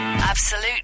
Absolute